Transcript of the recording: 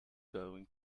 going